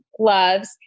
gloves